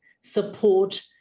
support